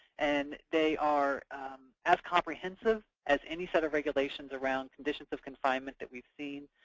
and they are as comprehensive as any set of regulations around conditions of confinement that we've seen.